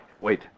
Wait